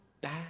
bad